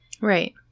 Right